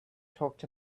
talked